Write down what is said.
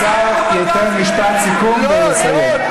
השר ייתן משפט סיכום ויסיים.